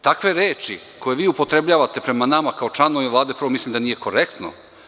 Takve reči koje vi upotrebljavate prema nama kao članovima Vlade, prvo mislim da nije korektno.